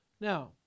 Now